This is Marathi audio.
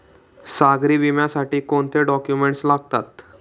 सागरी विम्यासाठी कोणते डॉक्युमेंट्स लागतात?